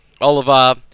Oliver